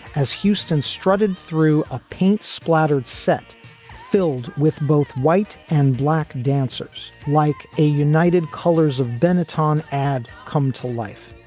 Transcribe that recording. as houston strutted through a paint splattered set filled with both white and black dancers like a united colors of benetton ad come to life.